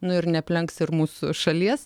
nu ir neaplenks ir mūsų šalies